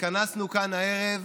התכנסנו כאן הערב